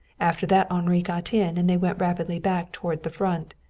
after that henri got in and they went rapidly back toward the front.